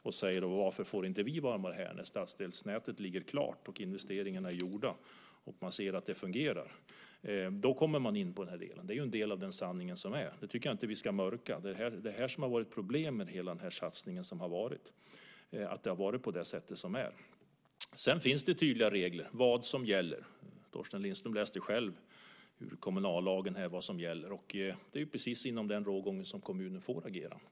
De säger då: Varför får inte vi vara här? Stadsdelsnätet ligger klart, investeringarna är gjorda och man ser att det fungerar. Då kommer man in på den här delen. Det är en del av den sanning som är. Det tycker jag inte att vi ska mörka. Det är det här som har varit problem med hela den satsning som har varit. Det finns tydliga regler om vad som gäller. Torsten Lindström läste själv ur kommunallagen vad som gäller. Det är precis inom den rågången som kommunen får agera.